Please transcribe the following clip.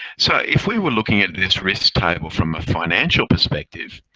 so if we were looking at this risk table from a financial perspective,